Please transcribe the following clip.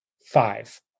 five